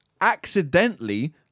accidentally